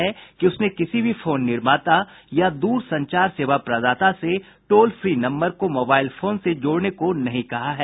प्राधिकरण ने कहा है कि उसने किसी भी फोन निर्माता या दूर संचार सेवा प्रदाता से टोल फ्री नम्बर को मोबाईल फोन से जोड़ने को नहीं कहा है